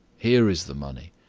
here is the money.